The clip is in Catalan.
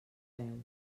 veu